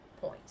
point